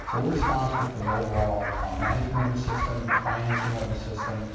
so we're responsible for the overall management of the system, the financing of the system,